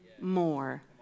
more